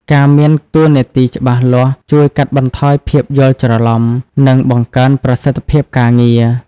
ការមានតួនាទីច្បាស់លាស់ជួយកាត់បន្ថយភាពយល់ច្រឡំ និងបង្កើនប្រសិទ្ធភាពការងារ។